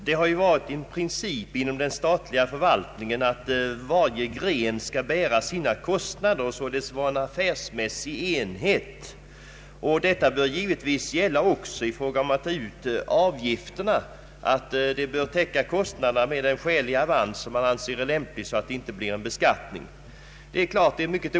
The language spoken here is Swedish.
Herr talman! I princip skall varje gren inom den statliga förvaltningen bära sina kostnader och således utgöra en affärsmässig enhet. Den principen bör givetvis gälla också i fråga om de avgifter som tas ut på skilda områden. Avgifterna skall med andra ord täcka kostnaderna med den avans som kan anses skälig på ett sådant sätt att det inte blir fråga om en beskattning.